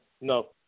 no